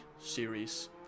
series